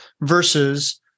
versus